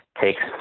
Takes